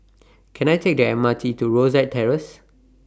Can I Take The M R T to Rosyth Terrace